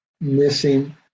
missing